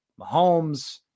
Mahomes